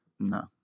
No